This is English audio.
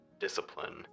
discipline